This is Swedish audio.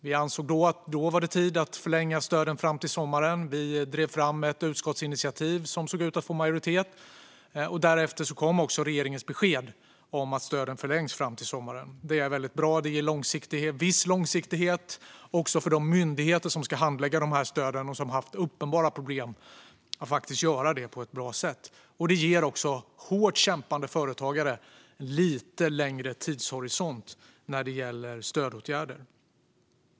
Vi ansåg då att det var tid att förlänga stöden fram till sommaren, och vi drev fram ett utskottsinitiativ som såg ut att få majoritet. Därefter kom också regeringens besked om att stöden förlängs fram till sommaren. Det är väldigt bra, och det ger långsiktighet. Det ger viss långsiktighet också för de myndigheter som ska handlägga stöden och som har haft uppenbara problem att göra det på ett bra sätt. Det ger också hårt kämpande företagare lite längre tidshorisont när det gäller stödåtgärder.